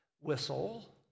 whistle